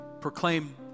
proclaim